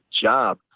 job